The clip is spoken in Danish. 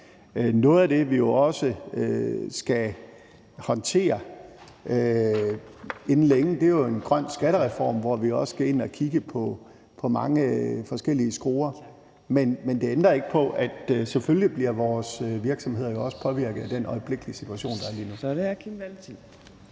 noget af det, som vi jo også skal håndtere inden længe, er en grøn skattereform, hvor vi også skal ind og dreje på mange forskellige skruer. Men det ændrer ikke på, at vores virksomheder selvfølgelig også bliver påvirket af den øjeblikkelige situation. Kl.